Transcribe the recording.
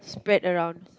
brag around